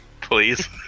Please